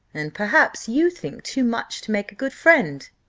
and perhaps you think too much to make a good friend,